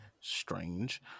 Strange